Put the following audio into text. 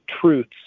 truths